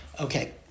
Okay